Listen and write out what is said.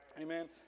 Amen